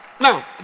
Now